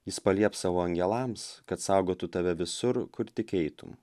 jis palieps savo angelams kad saugotų tave visur kur tik eitum